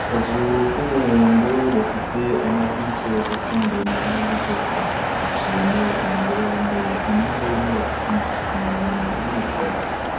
Akazu k'umuhondo gafite amadirishya yose afunguye mu mpande zose, kicaye mo umugore wambaye imyenda y'umweru ufite imisatsi miremire y'umukara,